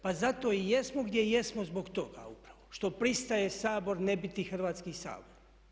Pa zato i jesmo gdje jesmo zbog toga upravo što pristaje Sabor ne biti Hrvatski sabor.